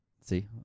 See